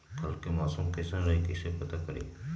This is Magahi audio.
कल के मौसम कैसन रही कई से पता करी?